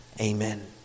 Amen